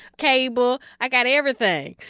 cable. i got everything.